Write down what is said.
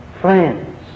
friends